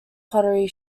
pottery